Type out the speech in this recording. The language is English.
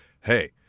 hey